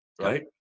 Right